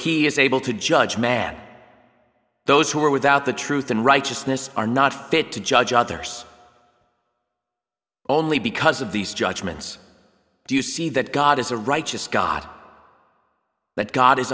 he is able to judge man those who are without the truth and righteousness are not fit to judge others only because of these judgments do you see that god is a righteous god but god is